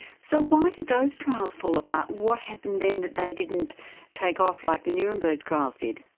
so why did those trials fall apart? what happened then that they didn't take off like the nuremberg trials did?